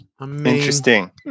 Interesting